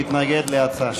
להתנגד להצעה.